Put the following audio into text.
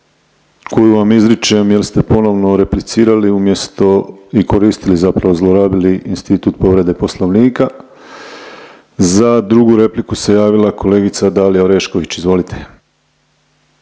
koju vam izričem jer ste ponovo replicirali umjesto i koristili zapravo zlorabili institut povrede poslovnika. Za drugu repliku se javila kolegica Dalija Orešković. Izvolite.